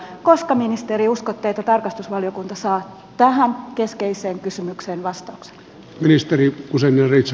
koska ministeri uskotte että tarkastusvaliokunta saa tähän keskeiseen kysymykseen vastauksen